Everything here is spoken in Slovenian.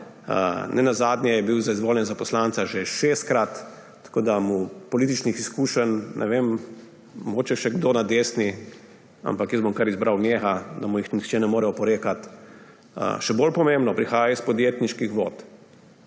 Nenazadnje je bil izvoljen za poslanca že šestkrat. Tako da mu političnih izkušenj, ne vem, mogoče še kdo na desni, ampak jaz bom kar izbral njega, da mu jih nihče ne more oporekati. Še bolj pomembno, prihaja iz podjetniških vod.